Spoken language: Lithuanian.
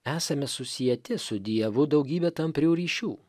esame susieti su dievu daugybe tamprių ryšių